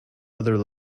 other